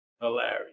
hilarious